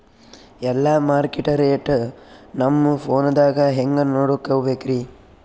ಎಲ್ಲಾ market rate ನಮ್ ಫೋನದಾಗ ಹೆಂಗ ನೋಡಕೋಬೇಕ್ರಿ?